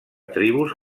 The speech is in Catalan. tribus